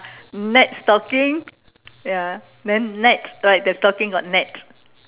net stocking ya then net like the turkey got net